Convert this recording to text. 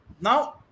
now